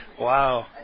Wow